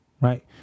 right